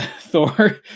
thor